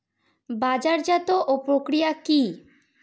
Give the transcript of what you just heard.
বাজারজাতও প্রক্রিয়া কি?